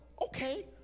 Okay